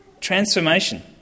Transformation